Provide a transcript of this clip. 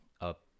up